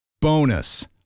Bonus